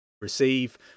receive